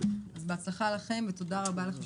אז בהצלחה לכם ותודה רבה לך שוב.